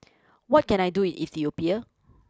what can I do Ethiopia